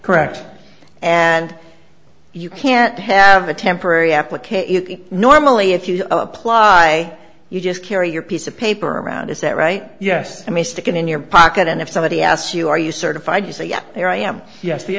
correct and you can't have a temporary application normally if you apply you just carry your piece of paper around is that right yes i may stick it in your pocket and if somebody asks you are you certified you say yes there i am yes the